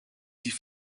die